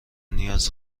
نیاز